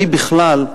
אני בכלל,